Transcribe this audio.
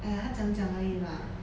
!aiya! 她讲讲而已啦